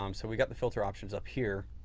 um so we've got the filter options up here.